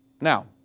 Now